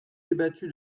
débattu